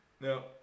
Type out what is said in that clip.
Now